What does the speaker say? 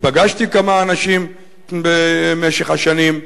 ופגשתי כמה אנשים במשך השנים,